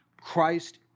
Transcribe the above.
Christ